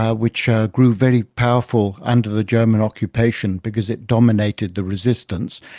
ah which grew very powerful under the german occupation, because it dominated the resistance.